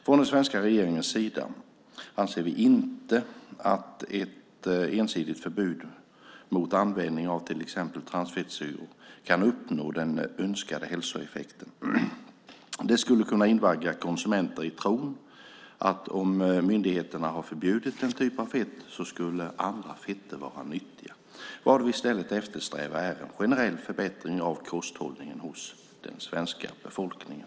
Från den svenska regeringens sida anser vi inte att ett ensidigt förbud mot användning av till exempel transfettsyror kan uppnå den önskade hälsoeffekten. Det skulle kunna invagga konsumenter i tron att om myndigheterna har förbjudit en typ av fett så skulle andra fetter vara nyttiga. Vad vi i stället eftersträvar är en generell förbättring av kosthållningen hos den svenska befolkningen.